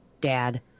dad